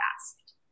asked